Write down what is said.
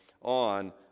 on